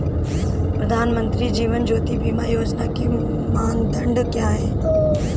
प्रधानमंत्री जीवन ज्योति बीमा योजना के मानदंड क्या हैं?